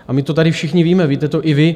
A my to tady všichni víme, víte to i vy.